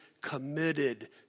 committed